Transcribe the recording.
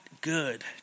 good